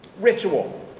ritual